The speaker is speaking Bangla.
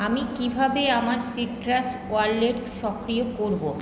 আমি কীভাবে আমার সিট্রাস ওয়ালেট সক্রিয় করব